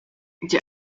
die